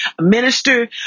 minister